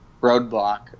roadblock